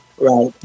right